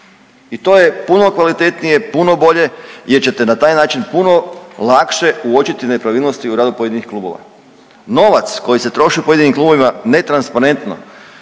i to je puno kvalitetnije, puno bolje jer ćete na taj način puno lakše uočiti nepravilnosti u radu pojedinih klubova. Novac koji se troši u pojedinim klubovima netransparentno